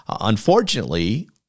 Unfortunately